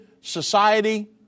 society